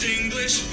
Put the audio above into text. English